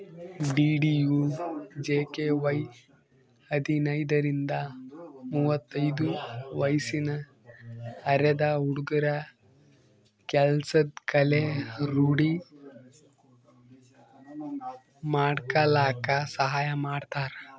DDUGKY ಹದಿನೈದರಿಂದ ಮುವತ್ತೈದು ವಯ್ಸಿನ ಅರೆದ ಹುಡ್ಗುರ ಕೆಲ್ಸದ್ ಕಲೆ ರೂಡಿ ಮಾಡ್ಕಲಕ್ ಸಹಾಯ ಮಾಡ್ತಾರ